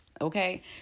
okay